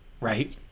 Right